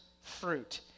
fruit